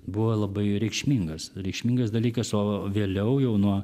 buvo labai reikšmingas reikšmingas dalykas o vėliau jau nuo